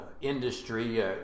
industry